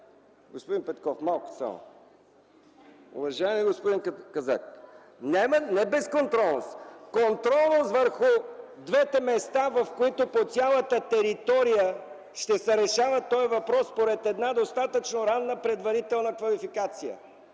госпожо председател! Уважаеми господин Казак, не безконтролност, а контрол върху двете места, в които по цялата територия ще се решава този въпрос, според една достатъчно ранна, предварителна квалификация.